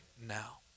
now